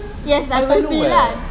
yes I will be lah